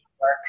work